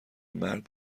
مرد